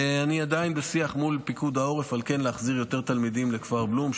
אני עדיין בשיח מול פיקוד העורף להחזיר יותר תלמידים בכפר בלום,